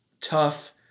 tough